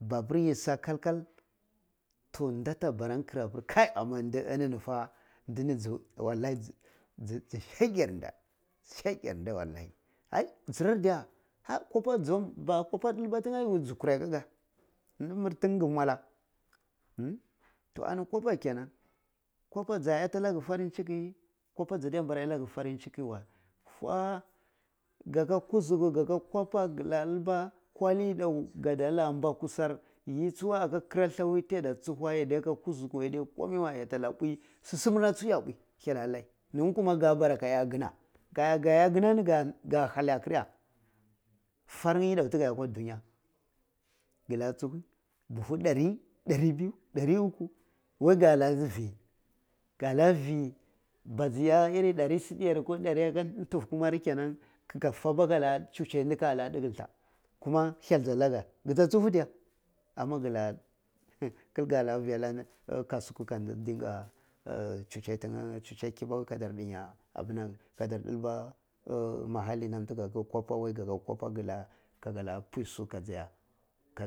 Babur yi sa kal-kal toh ta da bara kira pir amma di innini fa dini wallahi ji sheger nde sheger nde wallai ai ji rai diya har ba kwappa dilba ti nya ji kurrai ka ga ndi mirti tin ye mwala hin ani to a kwaba kenan kwappa ja iyata lagga farin cikin kwappa jadda mbara iyata lagga farin ciki wey four gaga gusugu kaga kwapa kada diba kwali yidau kada la mba sikwar yi chu we aka kiranla wai yadda tsu we yadda mpuyi hyal ah lai si simiir na ju ya mpuyi hyel ah lai kuma ka kra aga iya gina aga iya gina ni ga hyali agir ya gar nye yidan akwa duniya kwilla chuwi buhe dari, dari biyu dari ukwu, wai ka la ji fi, ga la fi ka ja iya iri dari si’idta yare koh dari aka nchfi kumar kenan kaga fab aka lika chuche de kala diggle ta kuma hyal ja lagga ki jijja chuhu diya kalla kill kalla fi allah nde kasuwa kallah duka chuche kibaku ka dar dinya abinan ka dar dilba oh mahali na ti ka ga kwappa kaga kwappa halla puyi su kaja